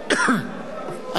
אני מבקש לכבד את,